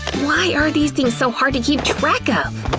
why are these things so hard to keep track of?